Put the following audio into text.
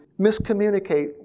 miscommunicate